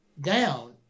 down